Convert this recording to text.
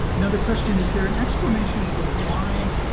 another question is there an explanation for why